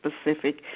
specific